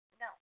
no